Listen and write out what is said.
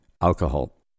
alcohol